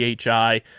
PHI